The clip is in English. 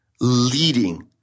leading